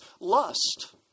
lust